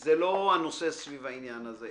זה לא הנושא סביב העניין הזה.